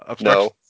No